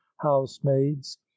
housemaids